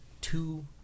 two